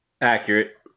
accurate